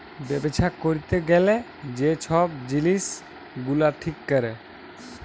ব্যবছা ক্যইরতে গ্যালে যে ছব জিলিস গুলা ঠিক ক্যরে